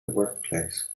workplace